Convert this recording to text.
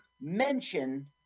mention